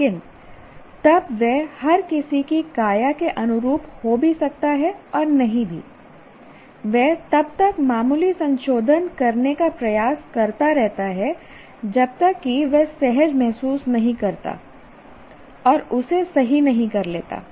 लेकिन तब वह हर किसी की काया के अनुरूप हो भी सकता है और नहीं भी वह तब तक मामूली संशोधन करने का प्रयास करता रहता है जब तक कि वह सहज महसूस नहीं करता और उसे सही नहीं कर लेता